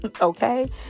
Okay